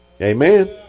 Amen